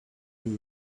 who